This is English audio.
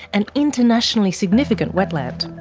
an internationally significant wetland.